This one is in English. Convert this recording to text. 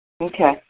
Okay